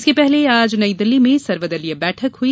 इसके पहले आज नई दिल्ली में सर्वदलीय बैठक हई